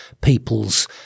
people's